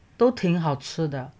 都挺好吃的